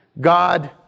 God